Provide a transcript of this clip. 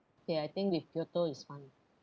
ya I think with kyoto is fine